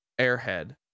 airhead